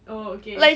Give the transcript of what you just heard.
oh okay